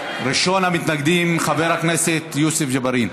ראשון המתנגדים, חבר הכנסת יוסף ג'בארין.